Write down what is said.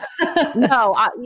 No